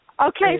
Okay